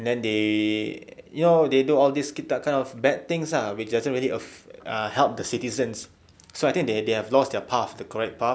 and then they you know they do all these kind of bad things ah which doesn't really aff~ ah help the citizens so I think they they have lost their paths the correct paths